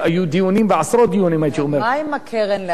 מה עם הקרן להצלת מפעלים,